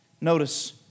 Notice